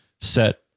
set